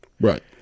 Right